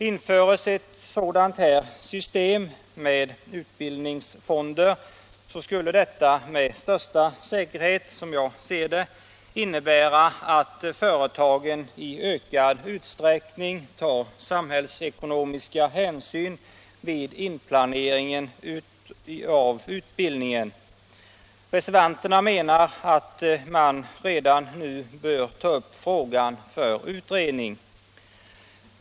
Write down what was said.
Införs ett sådant här system med utbildningsfonder, kommer detta, som jag ser det, med största säkerhet att innebära att företagen i ökad utsträckning tar samhällsekonomiska hänsyn vid inplaneringen av utbildningen. Reservanterna menar att man redan nu bör ta upp frågan till utredning.